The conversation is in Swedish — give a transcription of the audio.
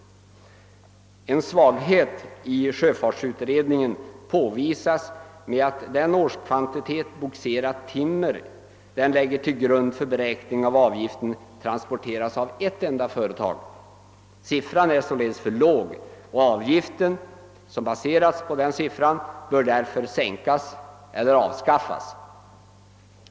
En svaghet i sjöfartsutredningen påvisas av att den årskvantitet bogserat timmer, som den lägger till grund för beräkningen av avgiften, transporteras av ett enda företag. Siffran är således för låg, och avgiften, som baseras på denna, bör därför sänkas eller avskaffas.